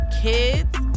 kids